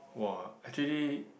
[wah] actually